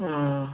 ও